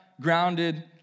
grounded